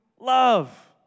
love